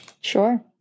Sure